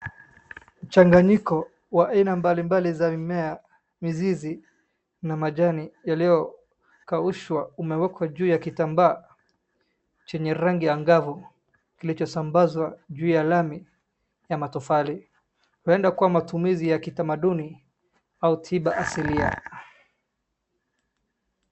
Mchanganyiko wa aina mbalimbali za mimea, mizizi na majani yaliyokaushwa umewekwa juu ya kitambaa chenye rangi ya ngavu kilichosambazwa juu ya lami ya matofali. Huenda kuwa matumizi ya kitamaduni au tiba ya asili.